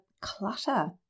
clutter